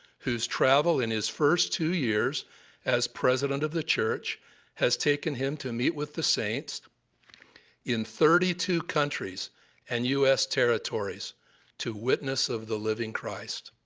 whose travel in his first two years as president of the church has taken him to meet with the saints in thirty two countries and u s. territories to witness of the living christ?